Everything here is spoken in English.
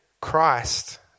Christ